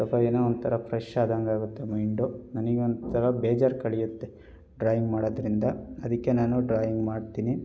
ಸ್ವಲ್ಪ ಏನೋ ಒಂಥರ ಫ್ರೆಶ್ ಆದಂತಾಗುತ್ತೆ ಮೈಂಡು ನನಗೆ ಒಂಥರ ಬೇಜಾರು ಕಳೆಯುತ್ತೆ ಡ್ರಾಯಿಂಗ್ ಮಾಡೋದರಿಂದ ಅದಕ್ಕೆ ನಾನು ಡ್ರಾಯಿಂಗ್ ಮಾಡ್ತೀನಿ